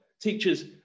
Teachers